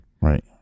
right